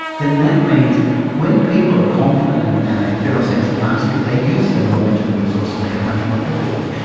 then that means when people are confident and they feel a sense of mastery, they use their knowledge and the resources they have much more effectively.